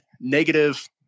negative